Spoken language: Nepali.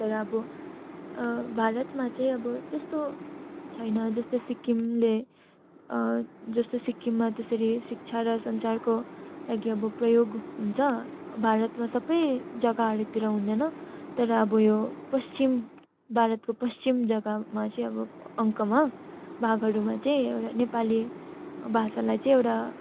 तर अब भारतमा चाहिँ अब त्यस्तो छैन जस्तै सिक्किमले जस्तो सिक्किममा त्यसरी शिक्षा र सञ्चारको लागि अब प्रयोग हुन्छ भारतमा सबै जग्गाहरू तिर हुँदैन तर अब यो पश्चिम भारतको पश्चिम जग्गामा चाहिँ अब अङ्कमा भागहरूमा चाहिँ नेपाली भाषालाई चाहिँ एउटा